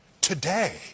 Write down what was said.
today